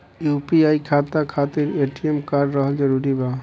UPI खाता खातिर ATM card रहल जरूरी बा?